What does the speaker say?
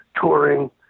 touring